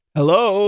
Hello